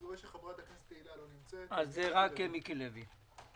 חברת הכנסת תהילה לא נמצאת, אז מיקי לוי.